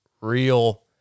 real